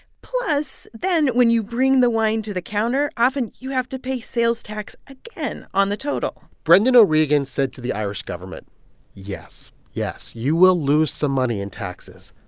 plus, then when you bring the wine to the counter, often you have to pay sales tax again on the total brendan o'regan said to the irish government yes. yes, you will lose some money in taxes.